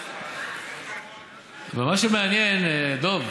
אבל מה שמעניין, דב,